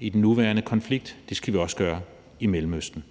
i den nuværende konflikt. Det skal vi også gøre i Mellemøsten.